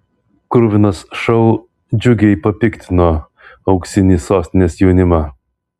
kruvinas šou džiugiai papiktino auksinį sostinės jaunimą